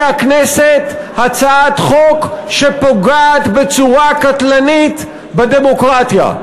הכנסת הצעת חוק שפוגעת בצורה קטלנית בדמוקרטיה.